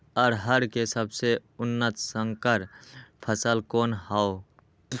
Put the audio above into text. अरहर के सबसे उन्नत संकर फसल कौन हव?